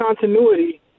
continuity